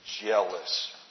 jealous